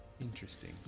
Interesting